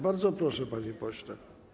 Bardzo proszę, panie pośle.